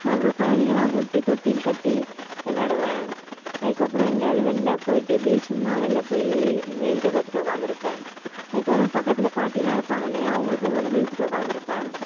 அப்புறம் கொழந்தைங்கள்லாம் கூப்பிட்டு தொட்டில் கட்டி விளாடுவேன் அதுக்கப்புறம் எங்கேயாது வெளில போய்விட்டு அப்படியே சும்மா வெளில போய் வேடிக்கை பார்த்துட்டு உட்காந்துருப்பேன் அதுக்கப்புறம் பக்கத்தில் பாட்டியெலாம் இருப்பாங்க இல்லையா அவங்கள போய் வம்பிழுத்துட்டு உட்காந்துருப்பேன்